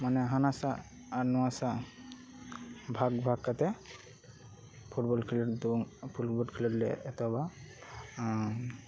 ᱢᱟᱱᱮ ᱦᱟᱱᱟ ᱥᱟᱜ ᱟᱨ ᱱᱷᱚᱣᱟ ᱥᱟᱜ ᱵᱷᱟᱜᱽ ᱵᱷᱟᱜᱽ ᱠᱟᱛᱮᱜ ᱯᱷᱩᱴᱵᱚᱞ ᱠᱷᱮᱞᱳᱰ ᱫᱚ ᱯᱷᱩᱴᱵᱚᱞ ᱠᱷᱮᱞᱳᱰ ᱞᱮ ᱮᱛᱚᱦᱚᱵᱟ